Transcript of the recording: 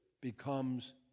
becomes